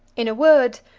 in a word,